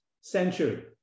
century